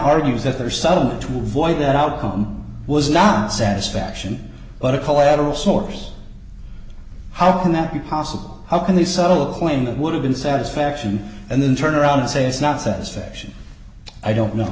argues that they are suddenly to avoid that outcome was not satisfaction but a collateral source how can that be possible how can they settle when that would have been satisfaction and then turn around and say it's not satisfaction i don't know